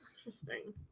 Interesting